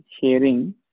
sharing